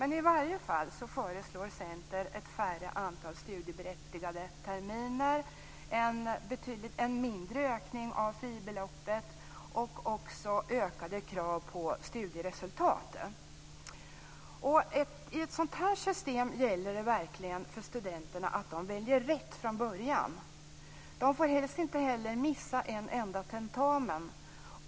Men Centern föreslår i varje fall ett mindre antal studieberättigade terminer, en mindre ökning av fribeloppet och också ökade krav på studieresultat. Med ett sådant system gäller det verkligen för studenterna att från början välja rätt.